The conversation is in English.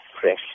fresh